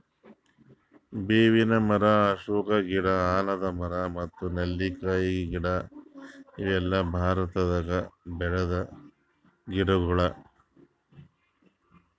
ಬೇವಿನ್ ಮರ, ಅಶೋಕ ಗಿಡ, ಆಲದ್ ಮರ ಮತ್ತ್ ನೆಲ್ಲಿಕಾಯಿ ಗಿಡ ಇವೆಲ್ಲ ಭಾರತದಾಗ್ ಬೆಳ್ಯಾದ್ ಗಿಡಗೊಳ್